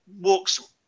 walks